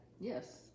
yes